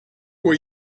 were